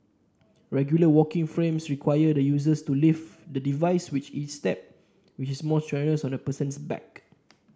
regular walking frames require the users to lift the device with each step which is more strenuous on the person's back